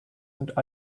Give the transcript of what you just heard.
and